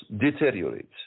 deteriorates